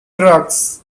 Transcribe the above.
drugs